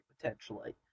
potentially